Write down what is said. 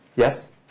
Yes